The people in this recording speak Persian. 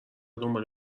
دنبال